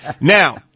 Now